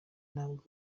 ntabwo